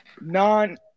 non